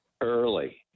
early